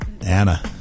Anna